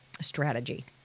strategy